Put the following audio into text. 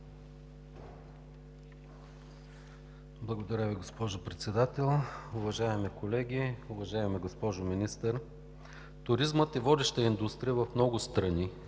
Благодаря Ви, госпожо Председател. Уважаеми колеги, уважаема госпожо Министър! Туризмът е водеща индустрия в много страни